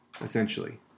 essentially